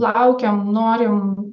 laukiam norim